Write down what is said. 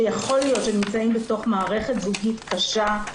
שיכול להיות שנמצאים בתוך מערכת זוגית קשה.